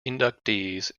inductees